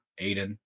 Aiden